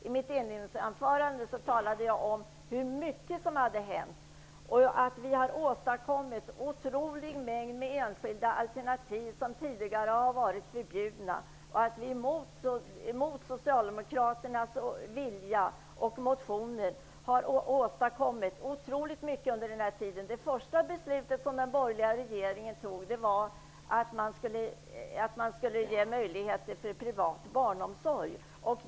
I mitt inledningsanförande talade jag om hur mycket som har hänt och att vi har åstadkommit en otrolig mängd enskilda alternativ som tidigare har varit förbjudna. Vi har mot socialdemokraternas vilja och trots deras motioner åstadkommit otroligt mycket under den här tiden. Det första beslut som den borgerliga regeringen fattade var att ge möjligheter för privat barnomsorg.